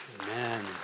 Amen